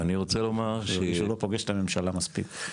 למי שלא פוגש את הממשלה מספיק.